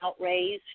outraised